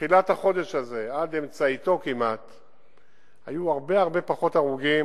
בתחילת החודש הזה עד אמצעו היו הרבה פחות הרוגים,